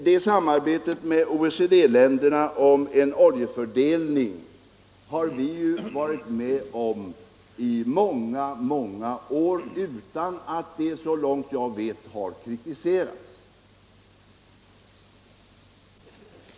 Det samarbetet med OECD-länderna om en oljefördelning har vi varit med om många år utan att det har kritiserats, såvitt jag vet.